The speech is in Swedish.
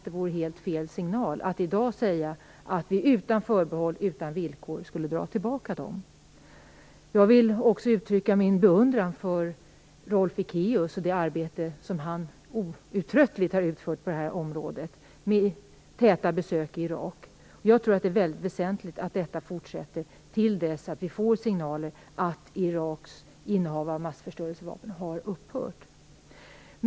Det vore helt fel signal att i dag säga att vi utan förbehåll, utan villkor, skulle dra tillbaka sanktionerna. Vidare vill jag uttrycka min beundran för Rolf Ekéus och hans oförtröttliga arbete på det här området med sina täta besök i Irak. Jag tror att det är väsentligt att fortsätta med det till dess att vi fått signaler om att Iraks innehav av massförstörelsevapen har upphört.